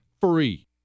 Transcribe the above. free